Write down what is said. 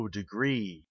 degree